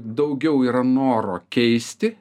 daugiau yra noro keisti